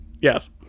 Yes